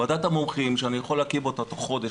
ועדת המומחים שאני יכול להקים אותה תוך חודש,